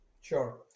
sure